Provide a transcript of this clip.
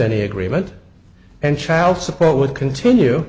any agreement and child support would continue